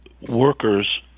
workers